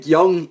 Young